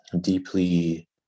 deeply